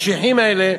הקשיחים האלה,